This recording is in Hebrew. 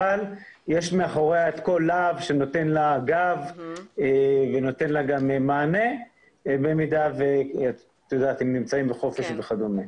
אבל יש מאחוריה את כל לה"ב שנותן לה גב ומענה במידה ונמצאים בחופש וכד'.